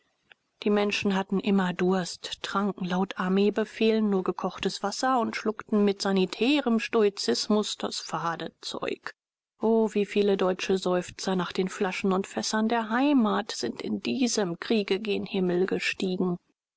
die menschen hatten immer durst tranken laut armeebefehl nur gekochtes wasser und schluckten mit sanitärem stoizismus das fade zeug o wie viele deutsche seufzer nach den flaschen und fässern der heimat sind in diesem kriege gen himmel gestiegen